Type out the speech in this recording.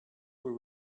were